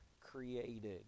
created